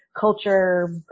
culture